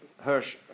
Hirsch